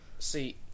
See